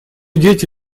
дети